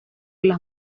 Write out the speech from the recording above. las